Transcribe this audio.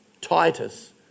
Titus